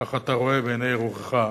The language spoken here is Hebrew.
כך אתה רואה בעיני רוחך,